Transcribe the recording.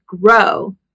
grow